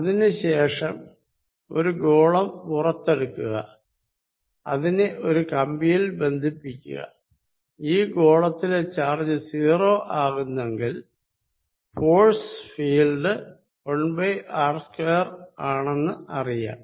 അതിനുശേഷം ഒരു ഗോളം പുറത്തെടുക്കുക അതിനെ ഒരു കമ്പിയിൽ ബന്ധിപ്പിക്കുക ഈ ഗോളത്തിലെ ചാർജ് 0 ആകുന്നെങ്കിൽ ഫോഴ്സ് ഫീൽഡ് 1r2 ആണെന്ന് അറിയാം